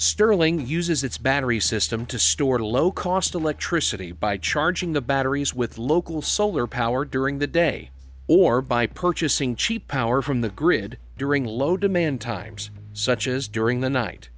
stirling uses its battery system to store low cost electricity by charging the batteries with local solar power during the day or by purchasing cheap power from the grid during low demand times such as during the night